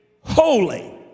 holy